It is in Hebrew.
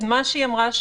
מה שהיא אמרה,